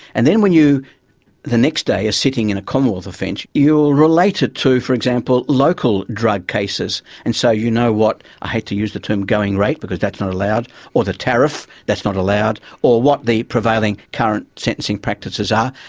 and then when you the next day are sitting in a commonwealth offence you'll relate it to, for example, local drug cases, and so you know what, i hate to use the term going rate because that's not allowed or the tariff, that's not allowed, or what the prevailing current sentencing practices are,